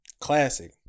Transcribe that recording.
classic